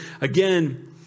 Again